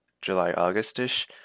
July-August-ish